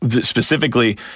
Specifically